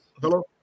hello